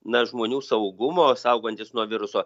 na žmonių saugumo saugantis nuo viruso